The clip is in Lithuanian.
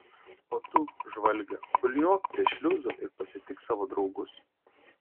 o tu žvalge kulniuok prie šliuzo ir pasitik savo draugus